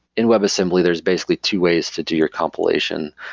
in webassembly, there's basically two ways to do your compilation.